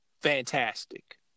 fantastic